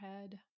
head